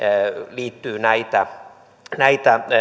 liittyy näitä näitä